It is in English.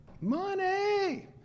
Money